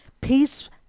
peace